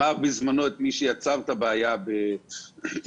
בזמנו מי שיצר את הבעיה ב-1992,